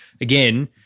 again